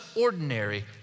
ordinary